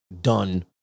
done